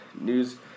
news